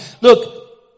Look